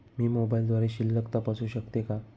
मी मोबाइलद्वारे शिल्लक तपासू शकते का?